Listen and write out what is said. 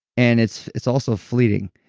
and it's it's also fleeting,